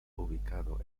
ubicado